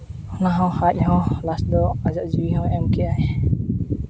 ᱚᱱᱟ ᱦᱚᱸ ᱟᱡ ᱦᱚᱸ ᱞᱟᱥᱴ ᱫᱚ ᱟᱡᱟᱜ ᱡᱤᱣᱤ ᱦᱚᱸ ᱮᱢ ᱠᱮᱜᱼᱟᱭ